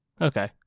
okay